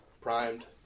primed